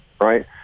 right